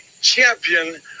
champion